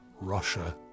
Russia